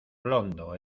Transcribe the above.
blondo